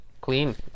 clean